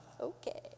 Okay